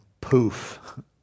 poof